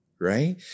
Right